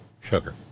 sugar